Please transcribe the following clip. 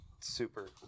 super